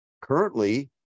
Currently